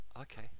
Okay